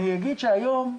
אני אגיד שהיום,